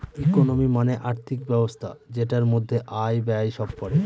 economy মানে আর্থিক ব্যবস্থা যেটার মধ্যে আয়, ব্যয় সব পড়ে